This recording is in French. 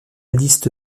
liste